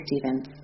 Stevens